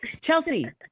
Chelsea